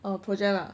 err project lah